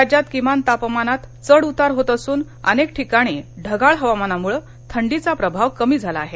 राज्यात किमान तापमानात चढ उतार होत असून अनेक ठिकाणी ढगाळ हवामानामुळं थंडीचा प्रभाव कमी झाला आहे